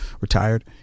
retired